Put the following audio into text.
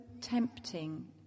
tempting